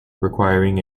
requiring